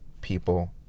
people